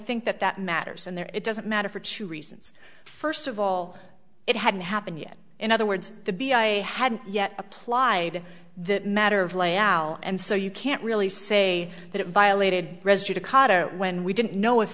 think that that matters and there it doesn't matter for two reasons first of all it hadn't happened yet in other words the b i had yet applied the matter of layout and so you can't really say that it violated when we didn't know if